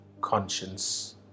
conscience